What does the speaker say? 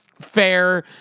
Fair